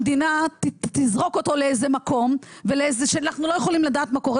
המדינה תזרוק אותו לאיזה מקום שאנחנו לא יכולים לדעת מה קורה